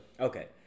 Okay